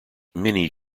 many